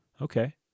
Okay